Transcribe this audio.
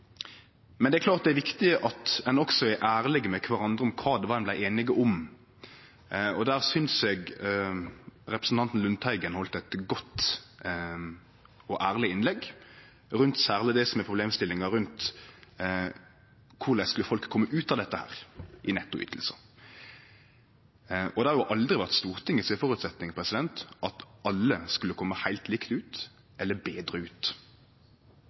Men det er klart det er viktig at ein også er ærleg med kvarandre om kva det var ein vart einige om. Eg synest representanten Lundteigen heldt eit godt og ærleg innlegg om særleg det som er problemstillinga rundt korleis folk skal kome ut av dette i nettoytingar. Det har aldri vore Stortinget sin føresetnad at alle skulle kome heilt likt ut eller betre ut.